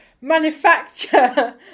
manufacture